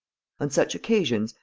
on such occasions,